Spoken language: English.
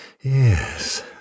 Yes